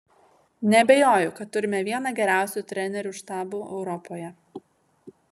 neabejoju kad turime vieną geriausių trenerių štabų europoje